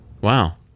Wow